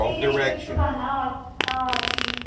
تیٚلہِ ہٮ۪کہِ صبُحن آ آ ٹھیٖک ٹھیٖک